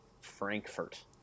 Frankfurt